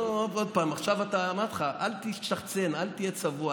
נו, עוד פעם, אמרתי לך, אל תשתחצן, אל תהיה צבוע.